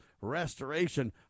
restoration